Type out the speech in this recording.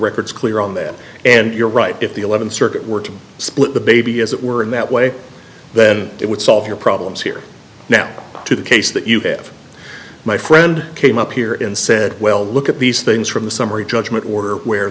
record is clear on that and you're right if the th circuit were to split the baby as it were in that way then it would solve your problems here now to the case that you have my friend came up here and said well look at these things from the summary judgment or where